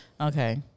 okay